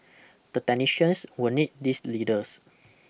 the technicians will need these leaders